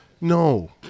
No